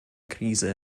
krise